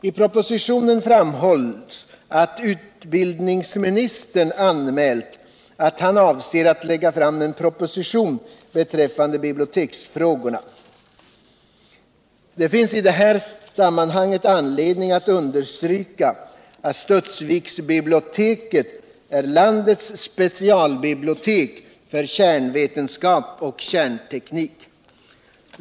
I propositionen framhålls att utbildningsministern anmält att han avser att lägga fram en proposition beträffande biblioteksfrågorna. Det finns i det här sammahanget anledning att understryka att Studsviksbiblioteket är landets specialbibliotek för kärnvetenskap och kärnteknik.